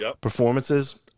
performances